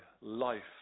life